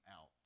out